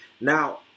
Now